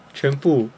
全部